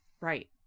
right